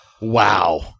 Wow